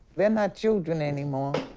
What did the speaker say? they're not children anymore.